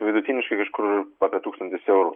vidutiniškai kažkur apie tūkstantis eurų